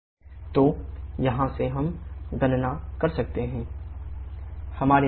तो यहाँ से हम गणना कर सकते हैं 𝑇7 𝑇9 96574 𝐾 इस मामले में